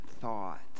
thought